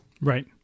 Right